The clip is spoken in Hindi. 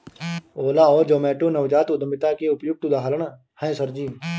ओला और जोमैटो नवजात उद्यमिता के उपयुक्त उदाहरण है सर जी